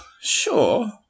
sure